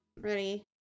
ready